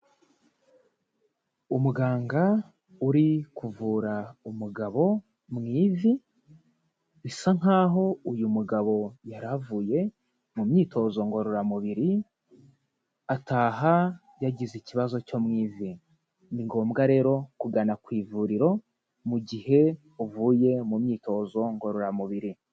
Umuganga uri kuvura umugabo mu ivi, bisa nk'aho uyu mugabo yari avuye mu myitozo ngororamubiri, ataha yagize ikibazo cyo mu ivi. Ni ngombwa rero kugana ku ivuriro mu gihe uvuye mu myitozo ngororamubiri.